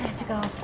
to go.